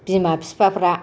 बिमा बिफाफोरा